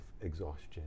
exhaustion